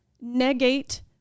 negate